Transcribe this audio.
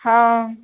हाँ